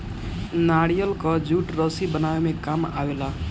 नारियल कअ जूट रस्सी बनावे में काम आवेला